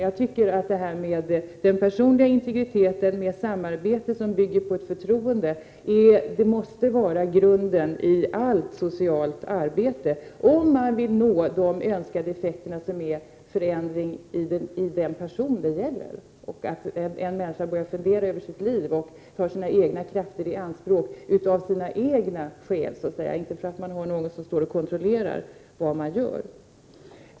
Jag tycker att den personliga integriteten och ett samarbete som bygger på förtroende måste vara grunden i allt socialt arbete, om man vill nå den önskade effekten, som är en förändring hos den person det gäller. Det handlar om att få en människa att börja fundera över sitt liv och ta sina krafter i anspråk av egen vilja, inte för att någon står och kontrollerar det man gör.